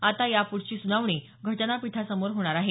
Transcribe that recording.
आता यापुढची सुनावणी घटनापीठासमोर होणार आहे